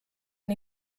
and